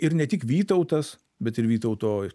ir ne tik vytautas bet ir vytauto